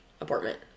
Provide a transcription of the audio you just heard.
apartment